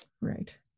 Right